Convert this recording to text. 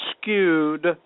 skewed